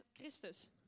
Christus